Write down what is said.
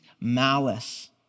malice